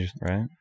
right